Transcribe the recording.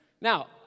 Now